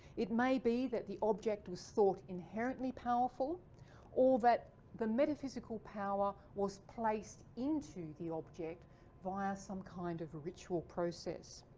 it may be that the object was thought inherently powerful or that the metaphysical power was placed into the object via some kind of ritual process.